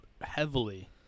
heavily